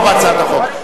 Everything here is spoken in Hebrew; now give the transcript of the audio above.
לתמוך בהצעת החוק.